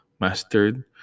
mastered